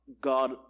God